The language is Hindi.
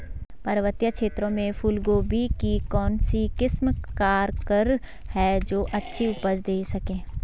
पर्वतीय क्षेत्रों में फूल गोभी की कौन सी किस्म कारगर है जो अच्छी उपज दें सके?